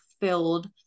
filled